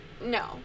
no